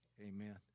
Amen